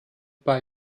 bei